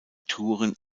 touren